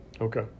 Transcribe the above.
Okay